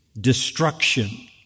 destruction